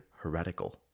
heretical